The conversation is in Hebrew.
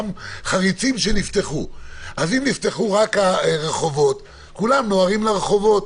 אם נפתחו רק הרחובות, כולם נוהרים לרחובות.